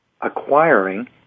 acquiring